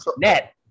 net